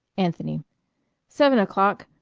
anthony seven o'clock.